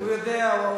הוא יודע.